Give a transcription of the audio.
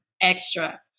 extra